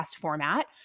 format